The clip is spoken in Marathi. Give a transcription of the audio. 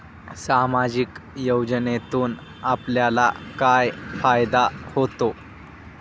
सामाजिक योजनेतून आपल्याला काय फायदा होतो?